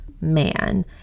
man